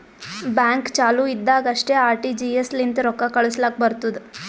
bank ಚಾಲು ಇದ್ದಾಗ್ ಅಷ್ಟೇ ಆರ್.ಟಿ.ಜಿ.ಎಸ್ ಲಿಂತ ರೊಕ್ಕಾ ಕಳುಸ್ಲಾಕ್ ಬರ್ತುದ್